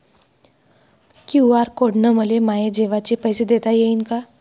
QR code न मले माये जेवाचे पैसे देता येईन का?